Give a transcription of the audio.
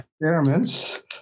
experiments